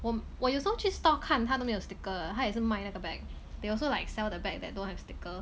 我我有时候去 store 看他都没有 sticker 的他也是卖那个 bag they also like sell the bag that don't have sticker